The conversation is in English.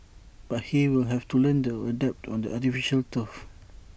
but he will have to learn to adapt to the artificial turf